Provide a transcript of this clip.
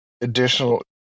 additional